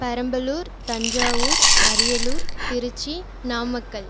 Perambalur Thanjavur Ariyalur Tiruchi Namakkal